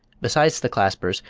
besides the claspers,